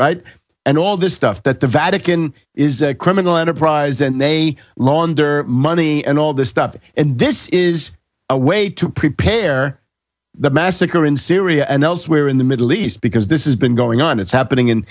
and all this stuff that the vatican is a criminal enterprise and they launder money and all this stuff and this is a way to prepare the massacre in syria and elsewhere in the middle east because this is been going on it's happening and